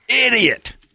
Idiot